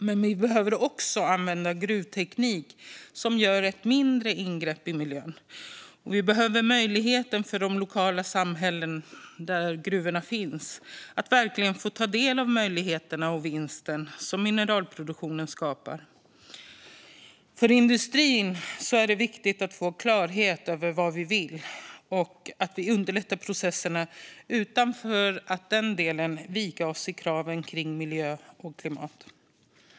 Men vi behöver också använda gruvteknik som gör mindre ingrepp i miljön, och vi behöver se till att de lokala samhällen där gruvorna finns verkligen får ta del av de möjligheter och den vinst som mineralproduktionen skapar. För industrin är det viktigt att få klarhet i vad vi vill och att vi underlättar processerna utan att för den delen vika oss när det gäller kraven kring miljö och klimat.